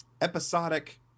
episodic